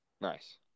Nice